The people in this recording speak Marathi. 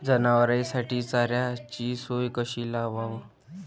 जनावराइसाठी चाऱ्याची सोय कशी लावाव?